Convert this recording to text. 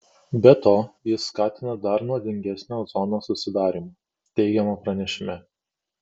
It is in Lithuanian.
be to jis skatina dar nuodingesnio ozono susidarymą teigiama pranešime